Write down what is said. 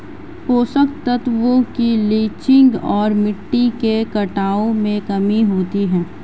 पोषक तत्वों की लीचिंग और मिट्टी के कटाव में कमी होती है